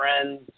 friends